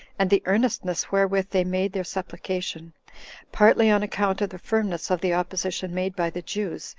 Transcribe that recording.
and the earnestness wherewith they made their supplication partly on account of the firmness of the opposition made by the jews,